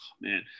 man